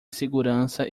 segurança